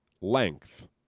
length